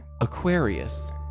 Aquarius